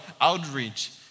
outreach